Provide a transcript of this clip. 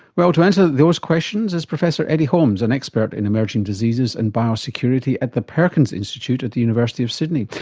well, to answer those questions is professor eddie holmes, an expert in emerging diseases and biosecurity at the perkins institute at the university of sydney.